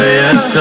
yes